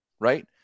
right